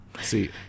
See